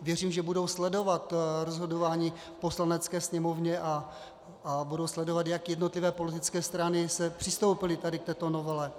Věřím, že budou sledovat rozhodování v Poslanecké sněmovně a budou sledovat, jak jednotlivé politické strany přistoupily k této novele.